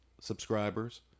subscribers